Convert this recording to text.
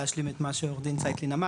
להשלים את מה שעורך דין ציטלין אמר